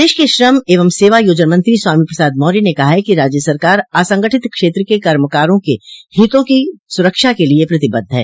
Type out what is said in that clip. प्रदेश के श्रम एवं सेवायोजन मंत्री स्वामी प्रसाद मौर्य ने कहा है कि राज्य सरकार असंगठित क्षेत्र के कर्मकारों के हितों की सुरक्षा के लिए प्रतिबद्ध है